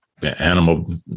animal